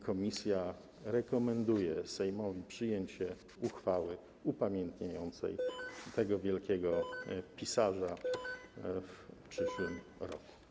Komisja rekomenduje Sejmowi przyjęcie uchwały upamiętniającej tego wielkiego pisarza w przyszłym roku.